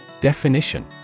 Definition